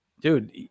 dude